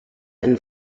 and